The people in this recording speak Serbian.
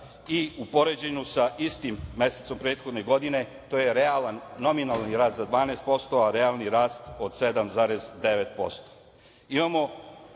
i u poređenju sa istim mesecom prethodne godine, to je realan nominalni rast za 12%, a realni od 7,9%.